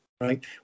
Right